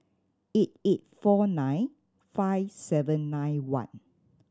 eight eight four nine five seven nine one